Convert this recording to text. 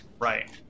right